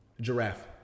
Giraffe